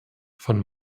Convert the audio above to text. von